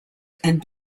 and